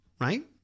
Right